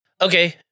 Okay